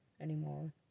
anymore